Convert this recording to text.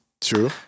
true